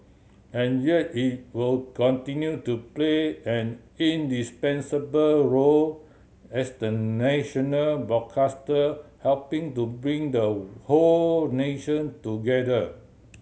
and yet it will continue to play an indispensable role as the national broadcaster helping to bring the whole nation together